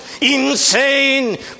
Insane